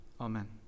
Amen